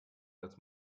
als